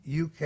UK